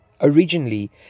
Originally